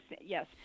yes